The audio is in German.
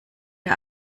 der